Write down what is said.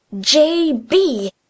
J.B